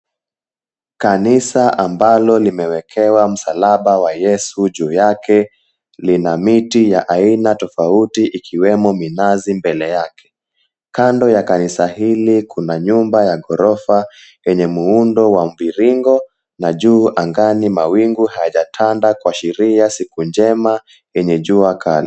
Kanisa ambalo limewekewa msalaba wa yesu juu yake lina miti ya aina tofauti ikiwemo minazi mbele yake. Kando ya kanisa hili kuna nyumba ya ghorofa yenye muundo wa mviringo na juu angani mawingu hayajatanda kuashiria siku njema yenye jua kali.